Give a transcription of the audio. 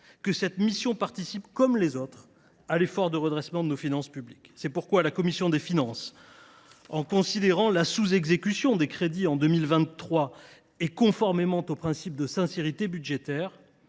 que cette mission participe, comme les autres, à l’effort de redressement de nos finances publiques. C’est pourquoi la commission des finances, en considérant la sous exécution des crédits en 2023, et conformément au principe de sincérité budgétaire,